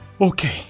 okay